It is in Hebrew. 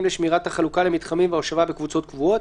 לשמירת החלוקה למתחמים וההושבה בקבוצות קבועות,